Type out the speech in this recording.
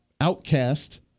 outcast